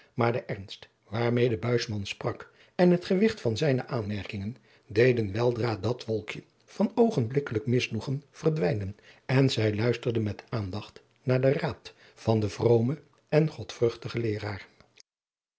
maar de ernst waarmede buisman sprak en het gewigt van zijne aanmerkingen deden weldra dat wolkje van oogenblikkelijk misnoegen verdwijnen en zij luisterde met aandacht naar den raad van den vromen en godvruchtigen leeraar